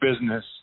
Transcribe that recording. business